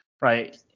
right